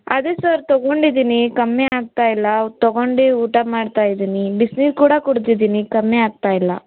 ಅದೇ ಸರ್ ತೊಗೊಂಡಿದ್ದೀನಿ ಕಮ್ಮಿ ಆಗ್ತಾ ಇಲ್ಲ ತೊಗೊಂಡೇ ಊಟ ಮಾಡ್ತಾ ಇದ್ದೀನಿ ಬಿಸಿ ನೀರು ಕೂಡ ಕುಡಿದಿದ್ದೀನಿ ಕಮ್ಮಿ ಆಗ್ತಾ ಇಲ್ಲ